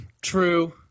True